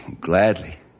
Gladly